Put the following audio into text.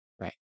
Right